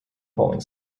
polling